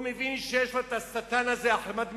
הוא מבין שיש לו את השטן הזה אחמדינג'אד,